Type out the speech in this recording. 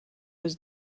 was